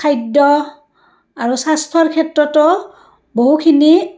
খাদ্য আৰু স্বাস্থ্যৰ ক্ষেত্ৰতো বহুখিনি